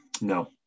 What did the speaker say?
No